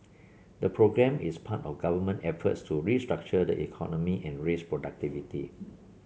the programme is part of government efforts to restructure the economy and raise productivity